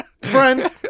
Friend